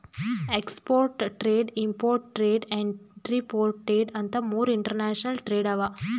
export trade, import trade, entrepot trade ಅಂತ್ ಮೂರ್ international trade ಅವಾ